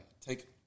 take